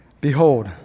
Behold